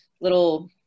little